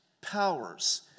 powers